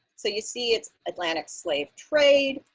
so you see it's atlantic slave trade,